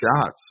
shots